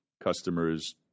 customers